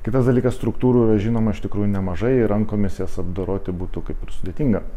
kitas dalykas struktūrų yra žinoma iš tikrųjų nemažai rankomis jas apdoroti būtų kaip ir sudėtinga